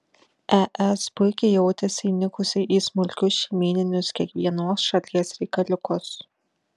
es puikiai jautėsi įnikusi į smulkius šeimyninius kiekvienos šalies reikaliukus